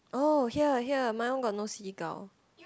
oh here here my one got no seagull